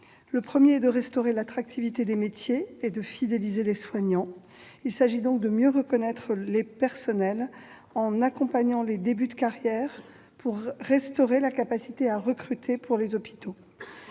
Le premier vise à restaurer l'attractivité des métiers et à fidéliser les soignants. Il s'agit donc de mieux reconnaître les personnels en accompagnant les débuts de carrière pour restaurer la capacité des hôpitaux